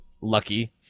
lucky